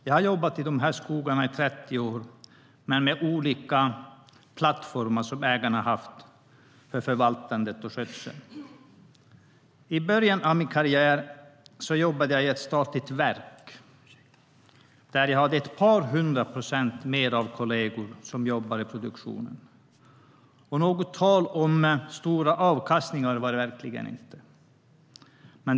Jag har jobbat i de skogarna i 30 år, med olika plattformar som ägarna haft för förvaltandet och skötseln. I början av min karriär jobbade jag i ett statligt verk där jag hade ett par hundra procent mer av kolleger som jobbade i produktionen. Något tal om stora avkastningar var det verkligen inte.